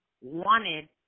wanted